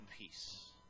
peace